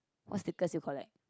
what stickers you collect